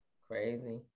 Crazy